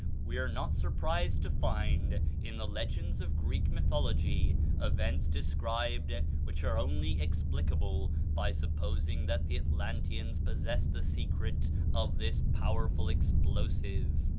we are not surprised to find in the legends of greek mythology events described which are only explicable by supposing that the atlanteans possessed the secret of this powerful explosive.